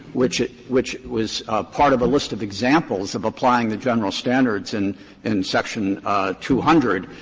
which which was part of a list of examples of applying the general standards in in section two hundred.